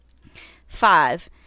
Five